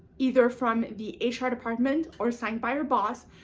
either from the hr department or signed by your boss,